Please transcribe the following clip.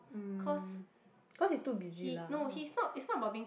mm cause he's too busy lah